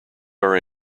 are